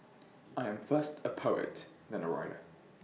I am first A poet then A writer